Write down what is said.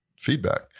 feedback